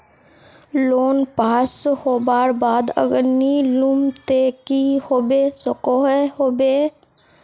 Loan pass होबार बाद अगर नी लुम ते की होबे सकोहो होबे?